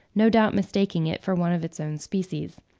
no doubt mistaking it for one of its own species.